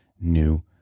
new